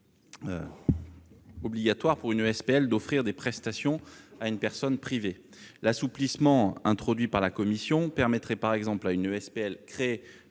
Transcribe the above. obligatoire pour une SPL d'offrir des prestations à une personne privée. En revanche, l'assouplissement introduit par la commission permettrait, par exemple, à une SPL créée